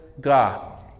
God